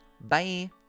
Bye